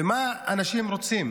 ומה אנשים רוצים